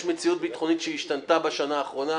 יש מציאות ביטחונית שהיא השתנתה בשנה האחרונה.